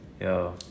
Yo